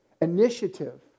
Initiative